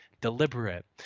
deliberate